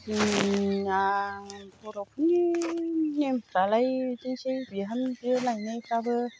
जोंना बर'फोरनि नेमफ्रालाय बिदिनोसै बिहामजो लायनायफ्राबो